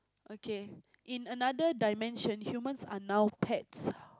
okay in another dimension humans are now pets